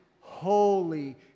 holy